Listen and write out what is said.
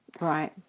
right